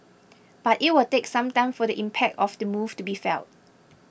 but it will take some time for the impact of the move to be felt